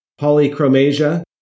polychromasia